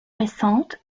récentes